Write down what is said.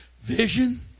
Vision